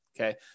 Okay